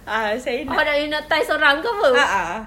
ah ah saya nak a'ah